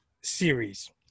series